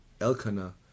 Elkanah